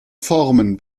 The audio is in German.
formen